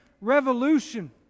Revolution